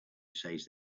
says